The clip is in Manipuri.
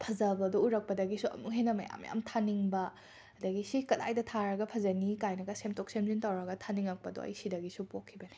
ꯐꯖꯕꯗꯣ ꯎꯔꯛꯄꯗꯒꯤꯁꯨ ꯑꯃꯨꯛ ꯍꯦꯟꯅ ꯃꯌꯥꯝ ꯃꯌꯥꯝ ꯊꯥꯅꯤꯡꯕ ꯑꯗꯒꯤ ꯁꯤ ꯀꯗꯥꯏꯗ ꯊꯥꯔꯒ ꯐꯖꯅꯤ ꯀꯥꯏꯅꯒ ꯁꯦꯝꯗꯣꯛ ꯁꯦꯝꯖꯤꯟ ꯇꯧꯔꯒ ꯊꯥꯅꯤꯡꯉꯛꯄꯗꯣ ꯑꯩ ꯁꯤꯗꯒꯤꯁꯨ ꯄꯣꯛꯈꯤꯕꯅꯦ